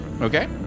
Okay